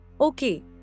Okay